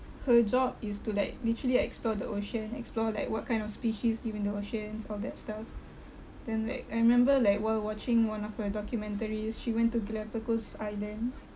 her job is to like literally explore the ocean explore like what kind of species live in the oceans all that stuff then like I remember like while watching one of her documentaries she went to galapagos island